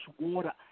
water